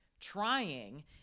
trying